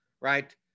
right